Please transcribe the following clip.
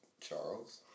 Charles